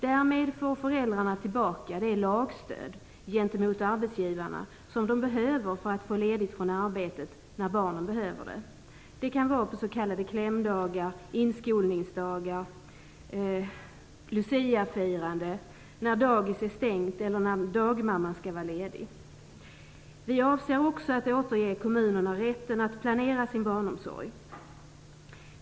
Därmed får föräldrarna tillbaka det lagstöd gentemot arbetsgivarna som de behöver för att få ledigt från arbetet när barnen behöver det. Det kan vara vid s.k. klämdagar, inskolningsdagar, Luciafirande, när dagis är stängt eller när dagmamman skall vara ledig. Vi avser också att återge kommunerna rätten att planera sin barnomsorg.